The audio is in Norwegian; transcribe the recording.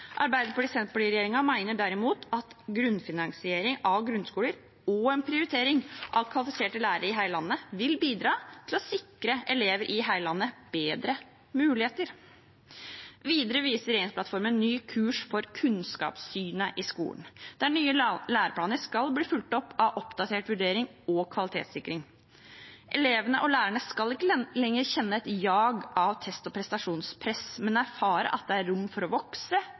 derimot at grunnfinansiering av grunnskoler og en prioritering av kvalifiserte lærere i hele landet vil bidra til å sikre elever i hele landet bedre muligheter. Videre viser regjeringsplattformen ny kurs for kunnskapssynet i skolen, der nye læreplaner skal bli fulgt opp av oppdatert vurdering og kvalitetssikring. Elevene og lærerne skal ikke lenger kjenne et jag av test- og prestasjonspress, men erfare at det er rom for å vokse,